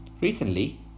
recently